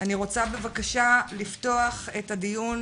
אני רוצה לפתוח את הדיון